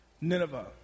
Nineveh